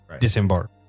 Disembark